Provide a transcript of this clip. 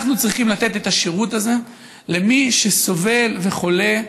אנחנו צריכים לתת את השירות הזה למי שסובל וחולה,